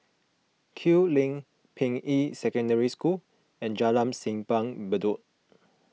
Kew Lane Ping Yi Secondary School and Jalan Simpang Bedok